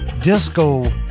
disco